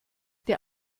der